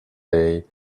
day